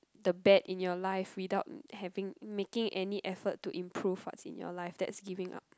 the bad in your life without having making any effort to improve what's in your life that's giving up